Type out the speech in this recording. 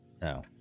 No